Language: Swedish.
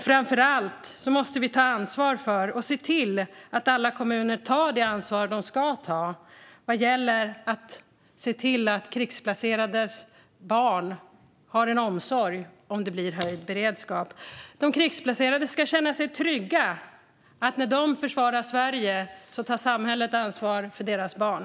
Framför allt måste vi se till att alla kommuner tar det ansvar de ska ta när det gäller att krigsplacerades barn har en omsorg om det blir höjd beredskap. De krigsplacerade ska känna sig trygga med att när de försvarar Sverige tar samhället ansvar för deras barn.